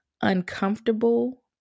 Uncomfortable